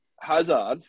Hazard